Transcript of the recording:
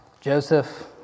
Joseph